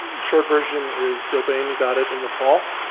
short version is gill bane got it in the fall,